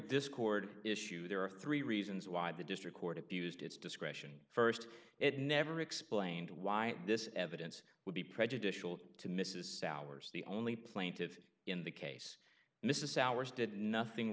discord issue there are three reasons why the district court abused its discretion st it never explained why this evidence would be prejudicial to mrs souers the only plaintive in the case mrs souers did nothing